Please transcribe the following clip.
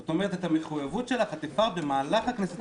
זאת אומרת שאת המחויבות שלך הפרת במהלך הכנסת העשרים-ושלוש.